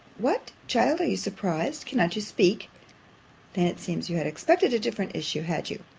what, child, are you surprised cannot you speak then, it seems, you had expected a different issue, had you